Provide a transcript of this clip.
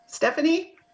Stephanie